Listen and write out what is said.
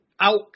out